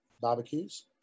barbecues